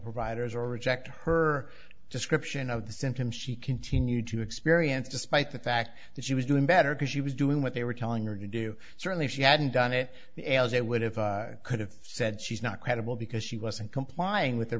providers or reject her description of the symptoms she continued to experience despite the fact that she was doing better because she was doing what they were telling her to do certainly she hadn't done it it would have could have said she's not credible because she wasn't complying with